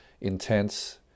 intense